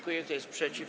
Kto jest przeciw?